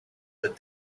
that